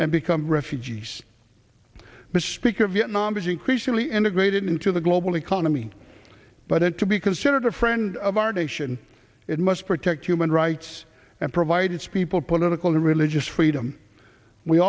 and become refugees but speaker vietnam is increasingly integrated into the global economy but it to be considered a friend of our nation it must protect human rights and provide its people political religious freedom we